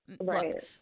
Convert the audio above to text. Right